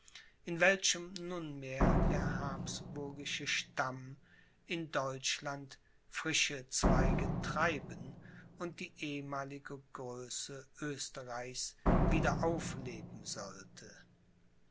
in welchem nunmehr der habsburgische stamm in deutschland frische zweige treiben und die ehemalige größe oesterreichs wieder aufleben sollte